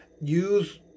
Use